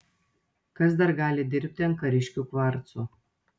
kas dar gali dirbti ant kariškių kvarcų